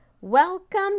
Welcome